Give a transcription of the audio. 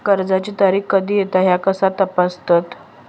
कर्जाची तारीख कधी येता ह्या कसा तपासतत?